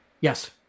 Yes